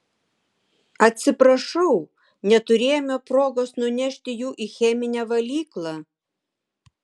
atsiprašau neturėjome progos nunešti jų į cheminę valyklą